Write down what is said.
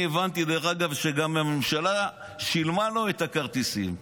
הבנתי שהממשלה גם שילמה לו את הכרטיסים,